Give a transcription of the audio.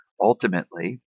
ultimately